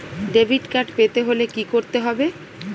Debit card পেতে হলে কি করতে হবে?